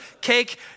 cake